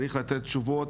צריך לתת תשובות.